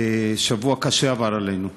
שבוע קשה עבר עלינו.